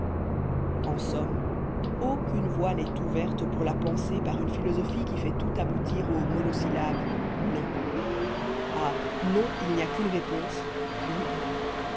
en somme aucune voie n'est ouverte pour la pensée par une philosophie qui fait tout aboutir au monosyllabe non à non il n'y a qu'une réponse oui